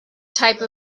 type